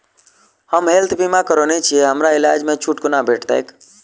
हम हेल्थ बीमा करौने छीयै हमरा इलाज मे छुट कोना भेटतैक?